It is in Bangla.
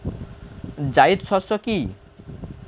জায়িদ শস্য কি?